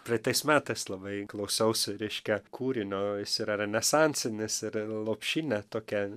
praeitais metais labai klausiausi reiškia kūrinio jis yra renesansinis ir lopšinė tokia